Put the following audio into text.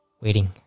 waiting